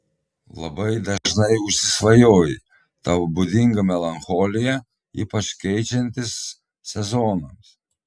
labai dažnai užsisvajoji tau būdinga melancholija ypač keičiantis sezonams